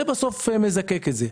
זה בסוף מזקק את זה.